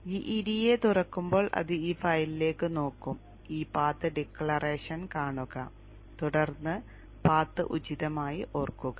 അതിനാൽ gEDA തുറക്കുമ്പോൾ അത് ഈ ഫയലിലേക്ക് നോക്കും ഈ പാത്ത് ഡിക്ലറേഷൻ കാണുക തുടർന്ന് പാത്ത് ഉചിതമായി ഓർക്കുക